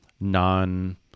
non